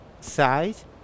size